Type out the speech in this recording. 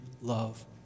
love